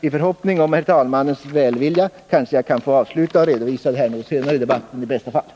I förhoppning om herr talmannens välvilja kan jag kanske fortsätta och avsluta min redovisning senare, om jag får ytterligare en replik.